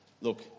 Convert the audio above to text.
look